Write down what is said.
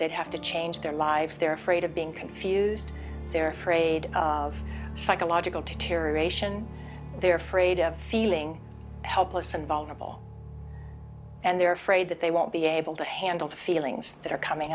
they'd have to change their lives they're afraid of being confused they're afraid of psychological tear aeration they're afraid of feeling helpless and vulnerable and they're afraid that they won't be able to handle the feelings that are coming